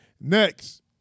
Next